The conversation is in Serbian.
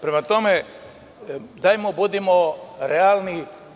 Prema tome, budimo realni.